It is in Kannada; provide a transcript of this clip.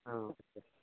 ಹಾಂ ಓಕೆ ಸರಿ